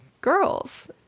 girls